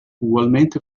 ugualmente